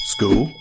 School